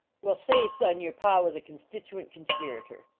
well, say, son, your pa was a constituent conspirator.